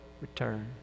return